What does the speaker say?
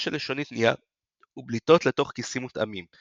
של לשוניות נייר ובליטות אל תוך כיסים מותאמים,